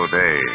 day